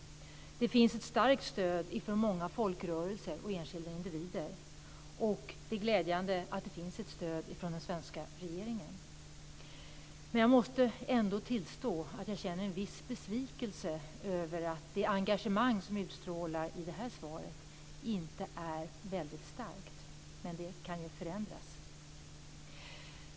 Det finns dessutom ett starkt stöd från många folkrörelser och enskilda individer. Det är också glädjande att det finns ett stöd från den svenska regeringen. Men jag måste ändå tillstå att jag känner en viss besvikelse över att det engagemang som utstrålas i det här svaret inte är så väldigt starkt, men det kan ju förändras.